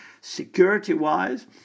security-wise